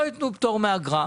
אם לא יתנו פטור מאגרה,